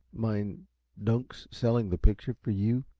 mind dunk's selling the picture for you?